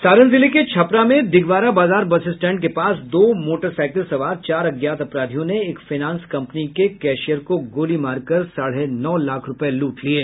सारण जिले के छपरा में दिघवारा बाजार बस स्टैंड के पास दो मोटरसाईकिल सवार चार अज्ञात अपराधियों ने एक फायनांस कंपनी के कैशियर को गोली मारकर साढ़े नौ लाख रूपये लूट लिये